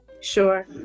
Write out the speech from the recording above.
Sure